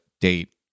date